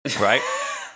Right